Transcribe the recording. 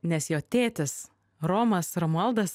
nes jo tėtis romas romualdas